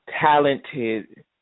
talented